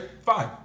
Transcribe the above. fine